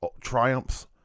triumphs